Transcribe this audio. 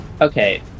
Okay